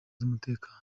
z’umutekano